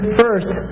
first